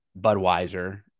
Budweiser